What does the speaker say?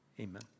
Amen